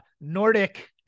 nordic